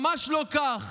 ממש לא כך.